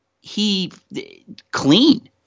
He—clean